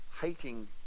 hating